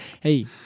Hey